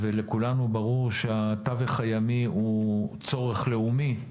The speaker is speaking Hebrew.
ולכולנו ברור שהתווך הימי הוא צורך לאומי,